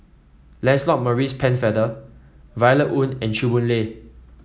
Lancelot Maurice Pennefather Violet Oon and Chew Boon Lay